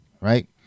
right